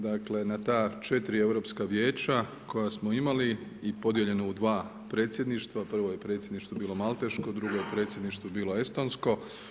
Dakle na ta četiri europska vijeća koja smo imali i podijeljene u dva predsjedništva, prvo je predsjedništvo bilo malteško, drugo je predsjedništvo bilo Estonsko.